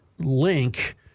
Link